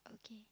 okay